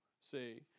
see